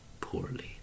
poorly